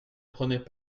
prenais